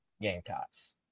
Gamecocks